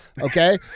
okay